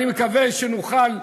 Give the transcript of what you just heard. אני מקווה שנוכל,